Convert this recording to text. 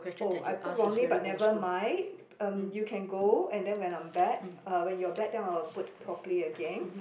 oh I put wrongly but nevermind um you can go and then when I'm back uh when you are back then I'll put properly again